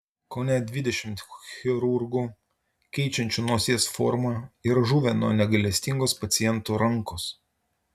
kone dvidešimt chirurgų keičiančių nosies formą yra žuvę nuo negailestingos pacientų rankos